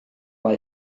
mae